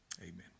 Amen